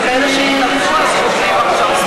שכאלה שהתנגדו אז חותמים עכשיו.